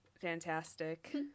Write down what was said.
fantastic